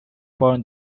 for